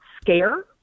scare